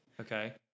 Okay